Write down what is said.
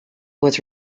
was